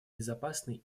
безопасной